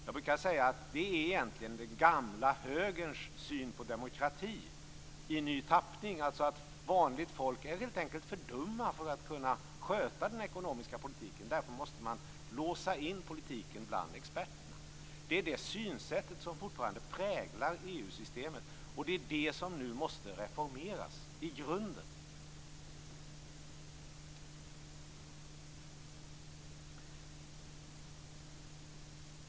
Jag brukar säga att det egentligen är den gamla högerns syn på demokrati i ny tappning, dvs. att vanligt folk helt enkelt är för dumma för att kunna sköta den ekonomiska politiken. Därför måste man låsa in politiken bland experterna. Det är det synsätt som fortfarande präglar EU-systemet, och det är det som nu måste reformeras i grunden.